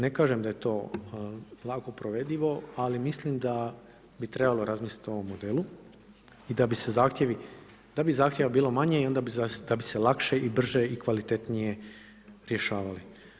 Ne kažem da je to lako provedivo, ali mislim da bi trebalo razmisliti o ovom modelu i da bi se zahtjevi, da bi zahtjeva bilo manje i onda bi se lakše, brže i kvalitetnije rješavali.